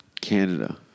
Canada